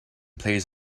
plays